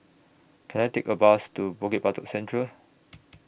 Can I Take A Bus to Bukit Batok Central